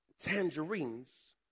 tangerines